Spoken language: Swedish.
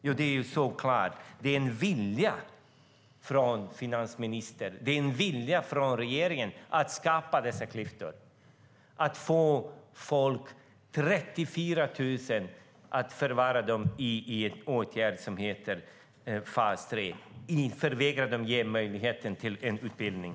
Jo, för att det finns en vilja hos finansministern och regeringen att skapa dessa klyftor och att förvara 34 000 i en åtgärd som heter fas 3 och förvägra dem möjlighet till utbildning.